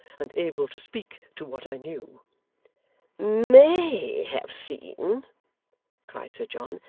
and able to speak to what i knew may have seen cried sir john.